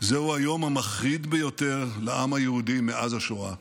זהו היום המחריד ביותר לעם היהודי מאז השואה,